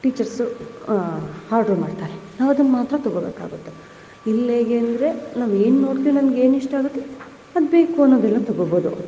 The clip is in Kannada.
ಟೀಚರ್ಸು ಹಾರ್ಡ್ರು ಮಾಡ್ತಾರೆ ನಾವು ಅದನ್ನ ಮಾತ್ರ ತಗೊಬೇಕಾಗುತ್ತೆ ಇಲ್ಲಿ ಹೇಗೆ ಅಂದರೆ ನಾವೇನು ನೋಡ್ತಿವೋ ನಮ್ಗೆ ಏನು ಇಷ್ಟ ಆಗು ಅದು ಬೇಕು ಅನ್ನೋದೆಲ್ಲ ತಗೊಬೌದು